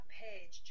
page